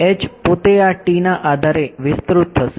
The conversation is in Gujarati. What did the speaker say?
H પોતે આ T ના આધારે વિસ્તૃત થશે